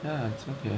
ya it's okay